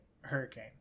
hurricane